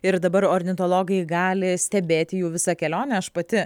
ir dabar ornitologai gali stebėti jų visą kelionę aš pati